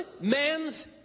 man's